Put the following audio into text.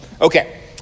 okay